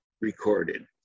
recorded